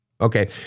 Okay